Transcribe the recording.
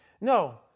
No